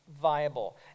viable